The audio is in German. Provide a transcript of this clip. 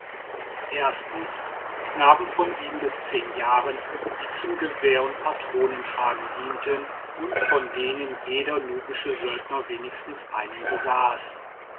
knaben von bis jahren die zum gewehr und patronentragen dienten und von denen jeder nubische söldner wenigstens einen besaß